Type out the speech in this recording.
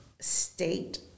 state